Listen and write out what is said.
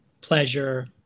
pleasure